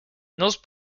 nose